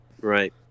Right